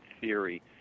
theory